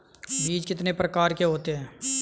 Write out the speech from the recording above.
बीज कितने प्रकार के होते हैं?